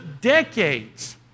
decades